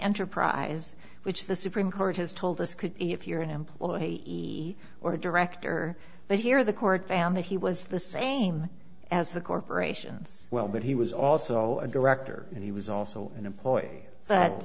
enterprise which the supreme court has told us could if you're an employee or a director but here the court found that he was the same as the corporations well but he was also a director and he was also an employee but